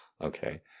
Okay